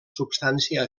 substància